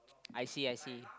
I see I see